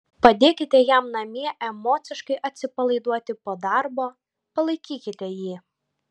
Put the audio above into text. padėkite jam namie emociškai atsipalaiduoti po darbo palaikykite jį